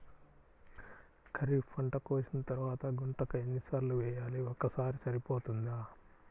ఖరీఫ్ పంట కోసిన తరువాత గుంతక ఎన్ని సార్లు వేయాలి? ఒక్కసారి సరిపోతుందా?